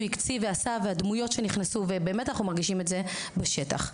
הקציב ועשה ובדמויות שנכנסו ואנחנו מרגישים את זה בשטח.